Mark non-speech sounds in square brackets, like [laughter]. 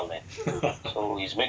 [laughs]